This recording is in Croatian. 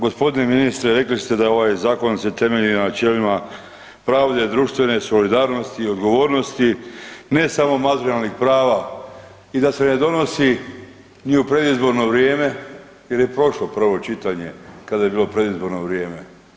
Gospodine ministre, rekli ste da ovaj zakon se temelji na načelima pravde, društvene solidarnosti i odgovornosti ne samo materijalnih prava i da se ne donosi u predizborno vrijeme jer je prošlo prvo čitanje kada je bilo predizborno vrijeme.